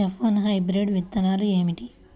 F one hybrid విత్తనాలు ఏమిటి?